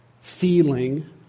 feeling